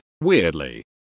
weirdly